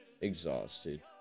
exhausted